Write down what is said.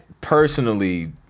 personally